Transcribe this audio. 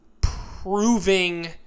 proving